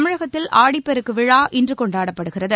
தமிழகத்தில் ஆடிப்பெருக்கு விழா இன்று கொண்டாடப்படுகிறது